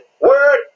word